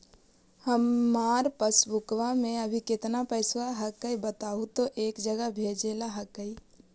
हमार पासबुकवा में अभी कितना पैसावा हक्काई बताहु तो एक जगह भेजेला हक्कई?